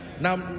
Now